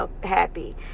happy